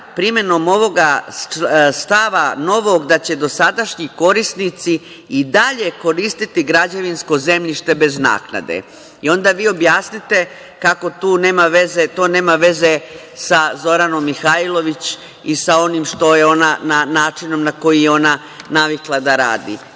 primenom ovog novog stava da će dosadašnji korisnici i dalje koristiti građevinsko zemljište bez naknade. I onda vi objasnite kako to nema veze sa Zoranom Mihajlović i sa onim načinom na koji je ona navikla da radi. Kaže